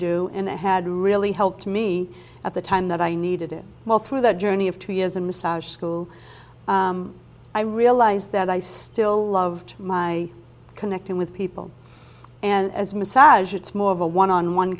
do and that had really helped me at the time that i needed it well through that journey of two years in massage school i realised that i still loved my connecting with people and as massage it's more of a one on one